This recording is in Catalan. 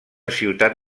ciutat